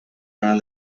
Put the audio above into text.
around